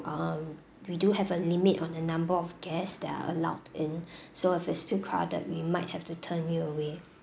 um we do have a limit on the number of guests that are allowed in so if it's too crowded we might have to turn you away